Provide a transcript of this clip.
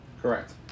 Correct